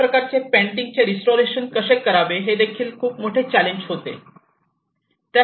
अशा प्रकारच्या पेंटिंगचे रिस्टोरेशन कसे करावे हे खूप मोठे चॅलेंज होते